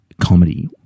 comedy